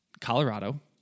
Colorado